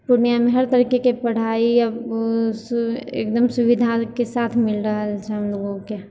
पूर्णियामे हर तरीकेके पढ़ाइ आब एकदम सुविधाके साथ मिलि रहल छै हमलोगोके